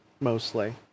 mostly